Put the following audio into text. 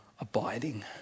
abiding